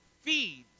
feeds